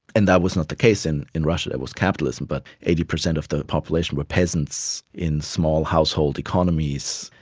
and that was not the case in in russia. there was capitalism but eighty percent of the population were peasants in small household economies.